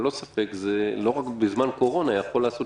ללא ספק לא רק בזמן קורונה זה יכול לעשות